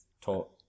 taught